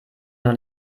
noch